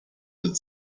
with